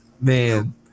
man